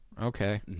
okay